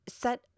Set